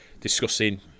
discussing